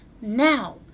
now